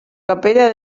capella